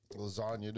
lasagna